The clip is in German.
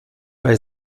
bei